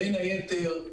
בין היתר,